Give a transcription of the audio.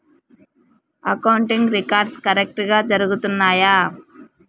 accounting records కరెక్టుగా జరుగుతున్నాయా